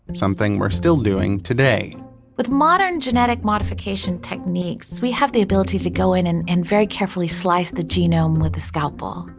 something we're still doing today with modern genetic modification techniques, we have the ability to go in and and very carefully slice the genome with a scalpel.